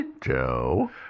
Joe